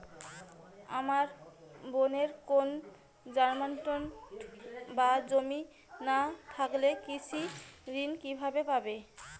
আমার বোনের কোন জামানত বা জমি না থাকলে কৃষি ঋণ কিভাবে পাবে?